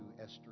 Esther